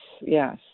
Yes